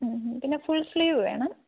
ഉം പിന്നെ full sleeve വേണം